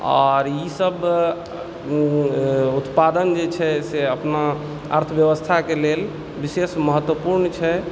आउर ईसभ उत्पादन जे छै से अपना अर्थव्यवस्थाके लेल विशेष महत्वपूर्ण छै